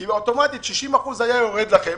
כאילו אוטומטית 60 אחוזים היו יורדים לכם,